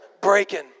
breaking